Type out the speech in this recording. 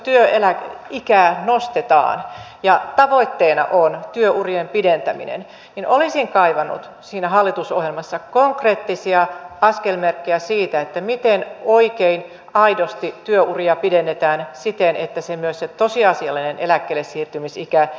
jos työeläkeikää nostetaan ja tavoitteena on työurien pidentäminen niin olisin kaivannut siinä hallitusohjelmassa konkreettisia askelmerkkejä siitä miten oikein aidosti työuria pidennetään siten että myös se tosiasiallinen eläkkeellesiirtymisikä nousee